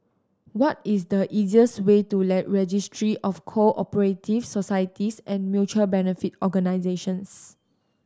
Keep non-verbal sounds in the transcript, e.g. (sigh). what is the easiest way to (unintelligible) Registry of Co Operative Societies and Mutual Benefit Organisations